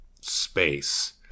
space